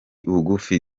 bugufi